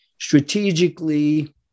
strategically